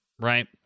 right